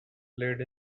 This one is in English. played